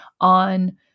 on